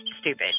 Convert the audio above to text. stupid